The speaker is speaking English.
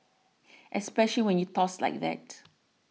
especially when you toss like that